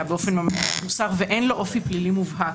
באופן --- ואין לו אופי פלילי מובהק.